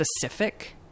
specific